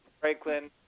Franklin